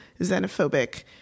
xenophobic